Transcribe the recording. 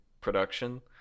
production